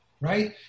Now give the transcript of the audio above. right